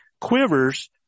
quivers